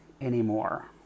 anymore